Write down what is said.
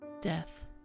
Death